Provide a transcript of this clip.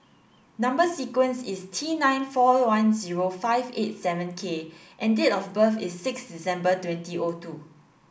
number sequence is T nine four one zero five eight seven K and date of birth is sixth December twenty O two